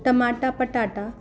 टमाटा पटाटा